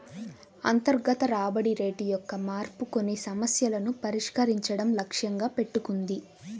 అంతర్గత రాబడి రేటు యొక్క మార్పు కొన్ని సమస్యలను పరిష్కరించడం లక్ష్యంగా పెట్టుకుంది